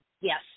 Yes